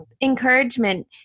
encouragement